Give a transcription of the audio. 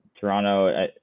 Toronto